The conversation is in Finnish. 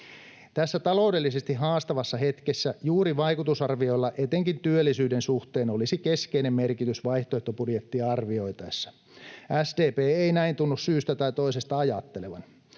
Tässä taloudellisesti haastavassa hetkessä juuri vaikutusarvioilla etenkin työllisyyden suhteen olisi keskeinen merkitys vaihtoehtobudjettia arvioitaessa. SDP ei näin tunnu syystä tai toisesta ajattelevan.